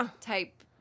type